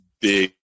big